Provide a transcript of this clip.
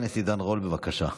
חבר הכנסת עידן רול, בבקשה.